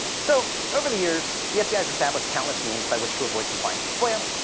so, over the years, the fbi has established countless means by which to avoid compliance with foia.